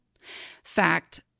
Fact